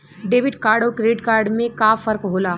Debit card अउर credit card में का फर्क होला?